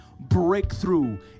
breakthrough